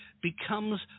becomes